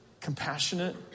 compassionate